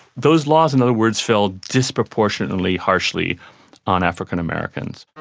those laws, in other words, fell disproportionately harshly on african americans.